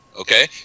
okay